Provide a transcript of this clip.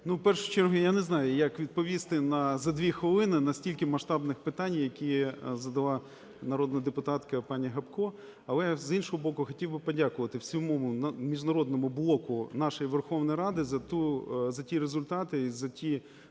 Ну, в першу чергу я не знаю, як відповісти за дві хвилини на стільки масштабних питань, які задала народна депутатка пані Гопко. Але, з іншого боку, хотів би подякувати всьому міжнародному блоку нашій Верховній Раді за ті результати і за ті